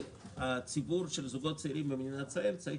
ציבור הזוגות הצעירים במדינת ישראל צריך